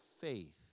faith